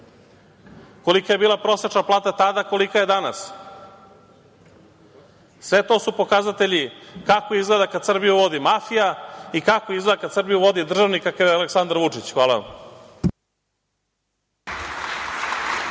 Kolika je bila prosečna plata tada, a kolika je danas? Sve to su pokazatelji kako izgleda kada Srbiju vodi mafija i kako izgleda kada Srbiju vodi državnik kakav je Aleksandar Vučić. Hvala.